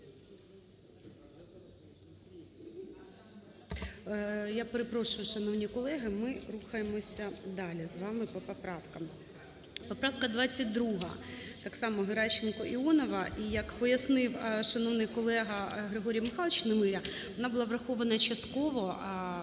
Я перепрошую, шановні колеги, ми рухаємося далі з вами по поправкам. 12:53:50 ГЕРАЩЕНКО І.В. Поправка 22, так само Геращенко, Іонова. І як пояснив шановний колега Григорій Михайлович Немиря, вона була врахована частково. А